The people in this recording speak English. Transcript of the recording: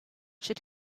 should